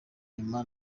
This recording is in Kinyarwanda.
nyuma